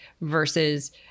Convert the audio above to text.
versus